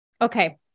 Okay